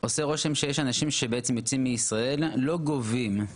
לא גובים ובעצם לא מושכים את הפיקדון שלהם,